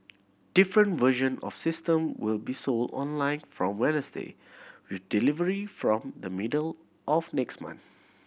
different version of system will be sold online from Wednesday with delivery from the middle of next month